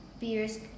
Beers